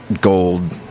gold